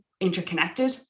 interconnected